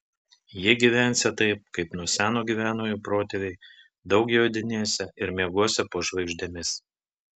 jie gyvensią taip kaip nuo seno gyveno jų protėviai daug jodinėsią ir miegosią po žvaigždėmis